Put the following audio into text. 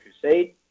Crusade